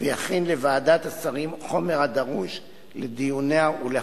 ויכין לוועדת השרים חומר הדרוש לדיוניה ולהחלטותיה.